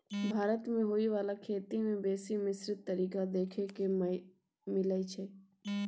भारत मे होइ बाला खेती में बेसी मिश्रित तरीका देखे के मिलइ छै